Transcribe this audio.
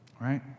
right